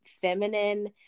feminine